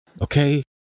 Okay